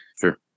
Sure